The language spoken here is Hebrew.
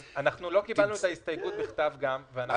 אנחנו לא קיבלנו את ההסתייגות בכתב גם.